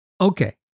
Okay